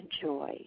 joy